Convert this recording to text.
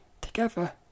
Together